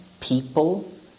people